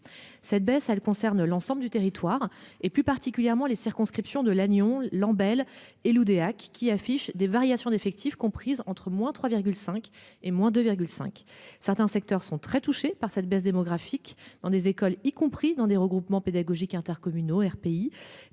Cette baisse, elle concerne l'ensemble du territoire et plus particulièrement les circonscriptions de Lannion Lambel et Loudéac qui affiche des variations d'effectifs comprises entre moins 3,5 et moins de cinq. Certains secteurs sont très touchés par cette baisse démographique dans des écoles, y compris dans des regroupements pédagogiques intercommunaux pays